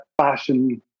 fashion